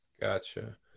Gotcha